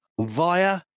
via